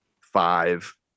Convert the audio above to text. five